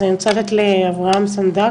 אני רוצה לתת לאברהם סנדק,